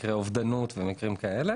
מקרי אובדנות וכדומה.